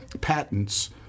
patents